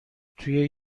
توی